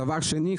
דבר שני,